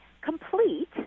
complete